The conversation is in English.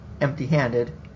empty-handed